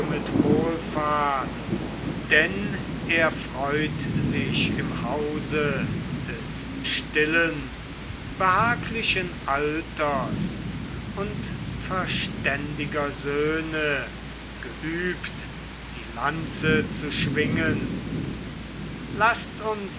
mit wohlfahrt denn er freut sich im hause des stillen behaglichen alters und verständiger söhne geübt die lanze zu schwingen laßt uns